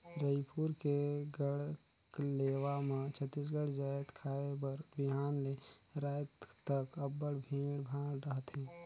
रइपुर के गढ़कलेवा म छत्तीसगढ़ जाएत खाए बर बिहान ले राएत तक अब्बड़ भीड़ भाड़ रहथे